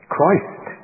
Christ